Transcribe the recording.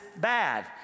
bad